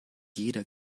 jeder